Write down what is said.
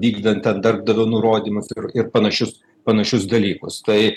vykdant ten darbdavio nurodymus ir panašius panašius dalykus tai